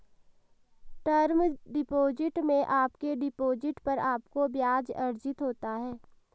term deposit में आपके deposit पर आपको ब्याज़ अर्जित होता है